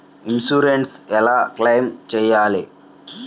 Insurance ఎలా claim చేయాలి?